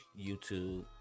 youtube